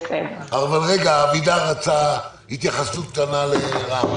אלי אבידר רצה התייחסות קטנה לרם.